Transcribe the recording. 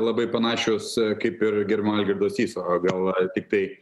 labai panašios kaip ir gerbiamo algirdo syso gal tiktai